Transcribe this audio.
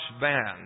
band